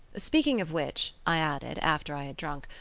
speaking of which i added, after i had drunk,